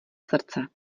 srdce